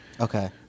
Okay